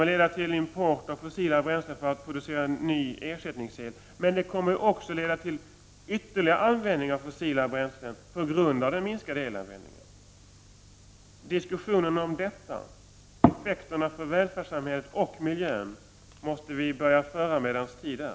Detta leder till import av fossila bränslen för att producera ny ersättningsel, men det kommer också att leda till ytterligare användning av fossila bränslen på grund av den minskade elanvändningen. Diskussionerna om detta och dess effekter för välfärdssamhället och miljön måste vi börja föra medan tid är.